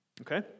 Okay